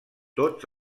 tots